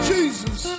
Jesus